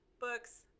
books